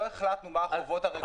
לא החלטנו מה החובות הרגולטוריות.